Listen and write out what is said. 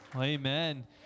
Amen